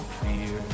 fear